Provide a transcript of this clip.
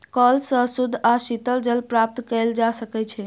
कअल सॅ शुद्ध आ शीतल जल प्राप्त कएल जा सकै छै